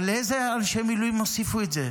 אבל לאיזה אנשי מילואים הוסיפו את זה?